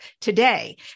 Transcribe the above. today